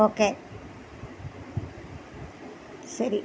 okay ശരി